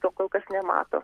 to kol kas nemato